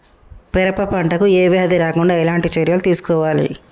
పెరప పంట కు ఏ వ్యాధి రాకుండా ఎలాంటి చర్యలు తీసుకోవాలి?